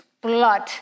blood